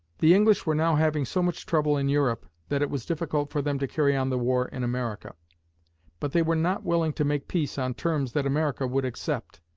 the english were now having so much trouble in europe that it was difficult for them to carry on the war in america but they were not willing to make peace on terms that america would accept.